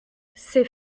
ces